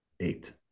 eight